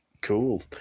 Cool